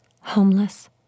homeless